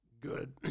good